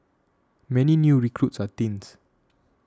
many new recruits are teens